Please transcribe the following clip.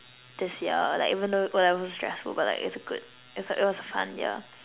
this year like even though o-levels is stressful but like it's a good it's like oh it was a fun year